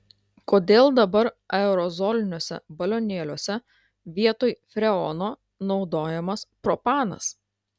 kodėl dabar aerozoliniuose balionėliuose vietoj freono naudojamas propanas